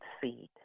seed